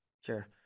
Sure